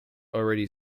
already